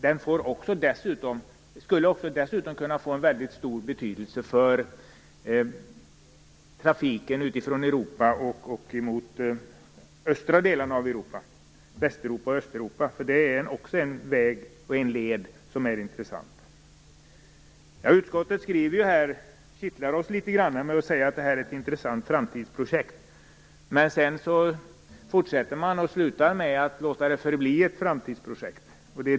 Banan skulle dessutom få stor betydelse för trafiken från Europa och mot Öst och Västeuropa. Det är också en väg och en led som är intressant. Utskottet kittlar oss litet grand genom att säga det här är ett intressant framtidsprojekt, men sedan avslutar man med att låta det förbli ett framtidsprojekt.